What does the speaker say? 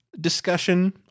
discussion